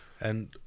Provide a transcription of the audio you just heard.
And-